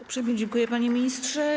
Uprzejmie dziękuję, panie ministrze.